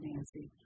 Nancy